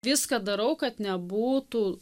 viską darau kad nebūtų